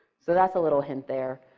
so that's a little hint there.